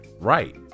right